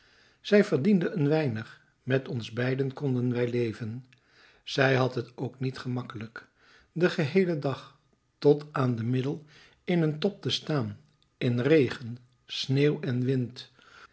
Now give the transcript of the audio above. zij verdiende een weinig met ons beiden konden wij leven zij had het ook niet gemakkelijk den geheelen dag tot aan de middel in een tob te staan in regen sneeuw en wind